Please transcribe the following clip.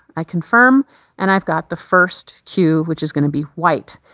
i confirm and i've got the first cue, which is going to be white.